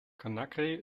conakry